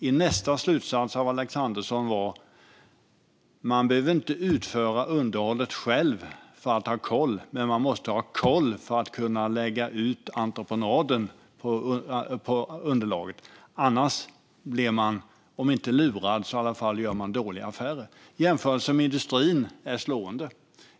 Nästa slutsats av Alexandersson var: Man behöver inte utföra underhållet själv för att ha koll, men man måste ha koll för att kunna lägga ut på entreprenad. Annars kanske man blir lurad, eller man gör i alla fall dåliga affärer. Jämförelsen med industrin är slående.